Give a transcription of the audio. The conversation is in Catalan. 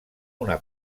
una